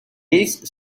ells